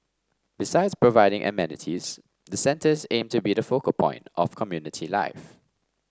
besides providing amenities the centres aim to be the focal point of community life